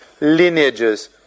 lineages